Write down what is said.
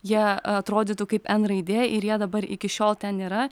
jie atrodytų kaip n raidė ir jie dabar iki šiol ten yra